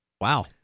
Wow